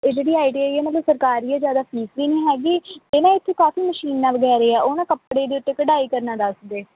ਇਹ ਜਿਹੜੀ I T I ਹੈ ਮਤਲਬ ਸਰਕਾਰੀ ਹੈ ਜ਼ਿਆਦਾ ਫੀਸ ਵੀ ਨਹੀਂ ਹੈਗੀ ਇਹ ਨਾ ਇੱਥੇ ਕਾਫੀ ਮਸ਼ੀਨਾਂ ਵਗੈਰਾ ਹੈ ਉਹ ਨਾ ਕੱਪੜੇ ਦੇ ਉੱਤੇ ਕਢਾਈ ਕਰਨਾ ਦੱਸਦੇ